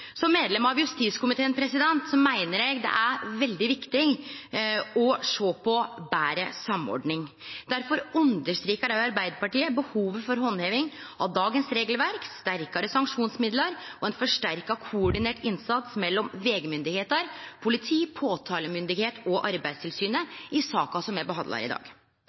Som medlem av justiskomiteen meiner eg det er veldig viktig å sjå på betre samordning. Derfor understreker Arbeidarpartiet behovet for handheving av dagens regelverk, sterkare sanksjonsmidlar og ein forsterka koordinert innsats mellom vegmyndigheiter, politi, påtalemyndigheit og Arbeidstilsynet i saka som me behandlar i dag.